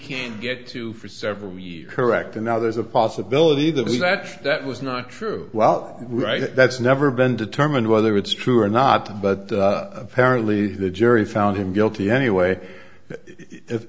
can get to for several years correct and now there's a possibility that that that was not true well that's never been determined whether it's true or not but apparently the jury found him guilty anyway if